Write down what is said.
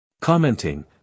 Commenting